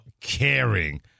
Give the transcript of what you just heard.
caring